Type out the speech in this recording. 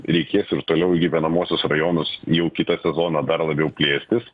reikės ir toliau į gyvenamuosius rajonus jau kitą sezoną dar labiau plėstis